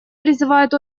призывает